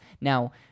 Now